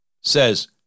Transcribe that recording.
says